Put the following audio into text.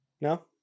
No